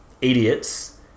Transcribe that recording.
idiots